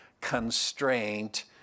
constraint